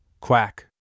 Quack